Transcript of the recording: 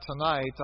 tonight